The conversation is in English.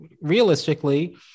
realistically-